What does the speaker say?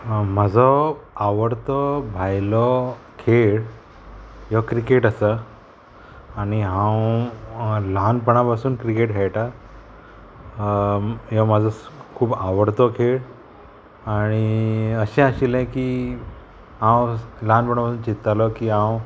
म्हजो आवडतो भायलो खेळ हो क्रिकेट आसा आनी हांव ल्हानपणा पासून क्रिकेट खेळटा ह्यो म्हाजो खूब आवडतो खेळ आणी अशें आशिल्लें की हांव ल्हानपणा पासून चिंत्तालो की हांव